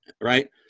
Right